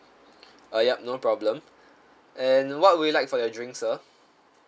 uh yup no problem and what would you like for your drinks sir